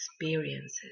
experiences